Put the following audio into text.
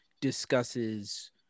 discusses